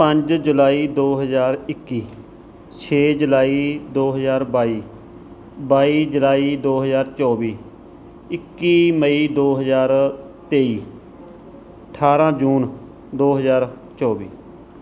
ਪੰਜ ਜੁਲਾਈ ਦੋ ਹਜ਼ਾਰ ਇੱਕੀ ਛੇ ਜੁਲਾਈ ਦੋ ਹਜ਼ਾਰ ਬਾਈ ਬਾਈ ਜੁਲਾਈ ਦੋ ਹਜ਼ਾਰ ਚੌਵੀ ਇੱਕੀ ਮਈ ਦੋ ਹਜ਼ਾਰ ਤੇਈ ਅਠਾਰਾਂ ਜੂਨ ਦੋ ਹਜ਼ਾਰ ਚੌਵੀ